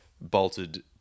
bolted